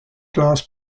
glass